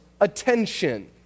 attention